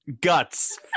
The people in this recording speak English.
Guts